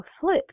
flip